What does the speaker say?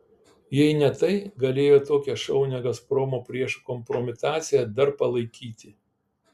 jei ne tai galėjo tokią šaunią gazpromo priešų kompromitaciją dar palaikyti